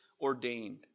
ordained